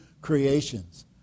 creation's